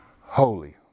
Holy